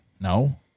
no